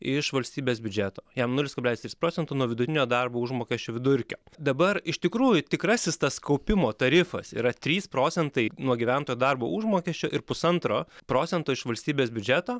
iš valstybės biudžeto jam nulis kablelis tris procento nuo vidutinio darbo užmokesčio vidurkio dabar iš tikrųjų tikrasis tas kaupimo tarifas yra trys procentai nuo gyventojo darbo užmokesčio ir pusantro procento iš valstybės biudžeto